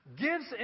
gives